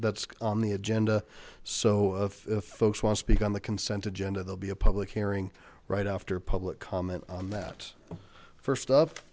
that's on the agenda so if folks want to speak on the consent agenda they'll be a public hearing right after public comment on that first